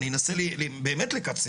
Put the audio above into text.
אני חושב ומנסה באמת לקצר.